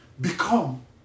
become